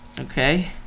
Okay